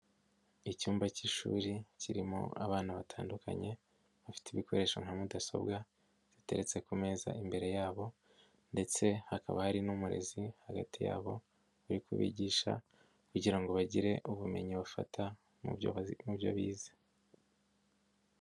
Icyumba cy'ishuri kirimo abana batandukanye bafite ibikoresho nka mudasobwa, ziteretse ku meza imbere yabo ndetse hakaba hari n'umurezi hagati yabo, uri kubigisha kugira ngo bagire ubumenyi bafata mu byo bize.